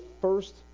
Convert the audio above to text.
first